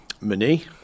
Money